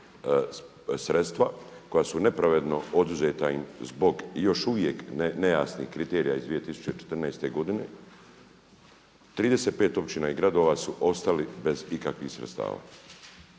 sredstva koja su nepravedno oduzeta im zbog još uvijek nejasnih kriterija iz 2014. godine, 35 općina i gradova su ostali bez ikakvih sredstava.